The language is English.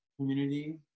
community